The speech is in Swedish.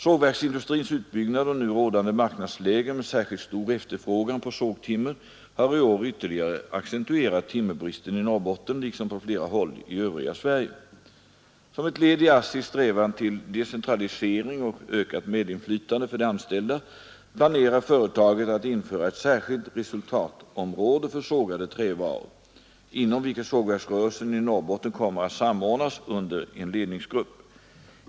Sågverksindustrins utbyggnad och nu rådande marknadsläge med särskilt stor efterfrågan på sågtimmer har i år ytterligare accentuerat timmerbristen i Norrbotten liksom på flera håll i övriga Sverige. Som ett led i ASSI:s strävan till decentralisering och ökat medinflytande för de anställda planerar företaget att införa ett särskilt resultatområde för sågade trävaror, inom vilket sågverksrörelsen i Norrbotten kommer att samordnas under en ledningsgrupp.